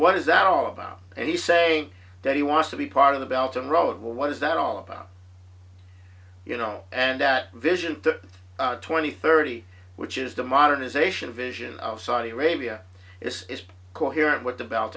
what is that all about and he's saying that he wants to be part of the belgium road what is that all about you know and that vision twenty thirty which is the modernization vision of saudi arabia is coherent what the belt